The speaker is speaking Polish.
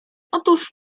otóż